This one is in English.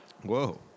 Whoa